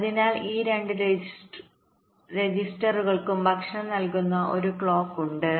അതിനാൽ ഈ രണ്ട് രജിസ്റ്ററുകൾക്കും ഭക്ഷണം നൽകുന്ന ഒരു ക്ലോക്ക് ഉണ്ട്